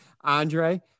Andre